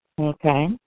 Okay